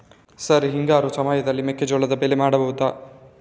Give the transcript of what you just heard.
Sir ಹಿಂಗಾರು ಸಮಯದಲ್ಲಿ ಮೆಕ್ಕೆಜೋಳದ ಬೆಳೆ ಮಾಡಬಹುದಾ?